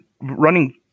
running